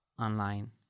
online